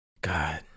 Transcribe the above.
god